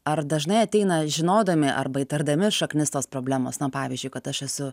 ar dažnai ateina žinodami arba įtardami šaknis tos problemos na pavyzdžiui kad aš esu